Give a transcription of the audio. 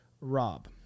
Rob